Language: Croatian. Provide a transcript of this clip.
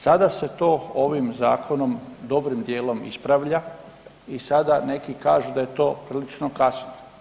Sada se to ovim Zakonom dobrim dijelom ispravlja i sada neki kažu da je to prilično kasno.